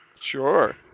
Sure